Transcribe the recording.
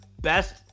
best